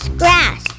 grass